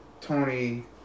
Tony